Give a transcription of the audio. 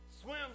swim